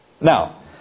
Now